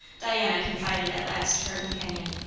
diana confided at last to her companion.